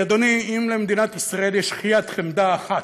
כי אדוני, אם למדינת ישראל יש שכיית חמדה אחת,